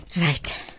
Right